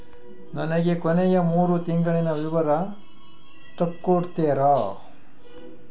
ನನಗ ಕೊನೆಯ ಮೂರು ತಿಂಗಳಿನ ವಿವರ ತಕ್ಕೊಡ್ತೇರಾ?